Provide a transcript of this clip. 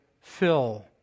fill